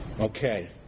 Okay